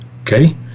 Okay